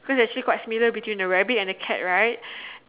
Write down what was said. so it's actually quite similar between the rabbit and the cat right